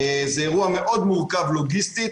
זה אירוע מאוד מורכב לוגיסטית,